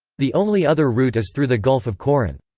the only other route is through the gulf of corinth.